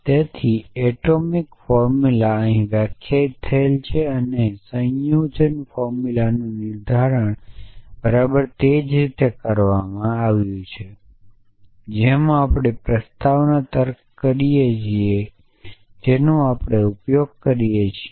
તેથી atomic formula અહીં વ્યાખ્યાયિત થયેલ છે અને સંયોજન ફોર્મુલાનું નિર્ધારણ બરાબર તે જ રીતે કરવામાં આવ્યું છે જેમ આપણે પ્રસ્તાવના તર્કમાં કરીએ છીએ જેનો આપણે ઉપયોગ કરીએ છીએ